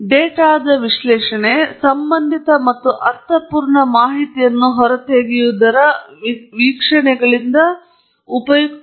ಡೇಟಾದ ವಿಶ್ಲೇಷಣೆ ಸಂಬಂಧಿತ ಮತ್ತು ಅರ್ಥಪೂರ್ಣ ಮಾಹಿತಿಯನ್ನು ಹೊರತೆಗೆಯುವುದರ ವೀಕ್ಷಣೆಗಳಿಂದ ಉಪಯುಕ್ತ